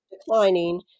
declining